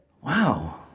Wow